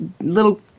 little